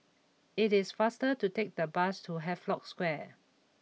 it is faster to take the bus to Havelock Square